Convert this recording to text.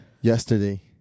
Yesterday